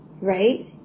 right